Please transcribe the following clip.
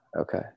Okay